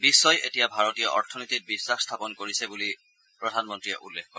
বিশ্বই এতিয়া ভাৰতীয় অৰ্থনীতিত বিখাস স্থাপন কৰিছে বুলিও প্ৰধানমন্তীয়ে উল্লেখ কৰে